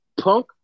Punk